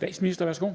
(Mette Frederiksen):